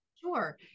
Sure